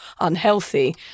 unhealthy